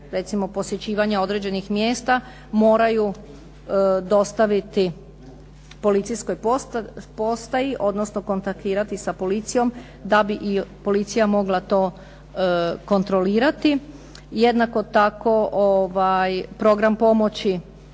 recimo posjećivanja određenih mjesta moraju dostaviti policijskoj postaji, odnosno kontaktirati sa policijom da bi i policija mogla to kontrolirati. Jednako tako program pomoći